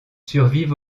survivent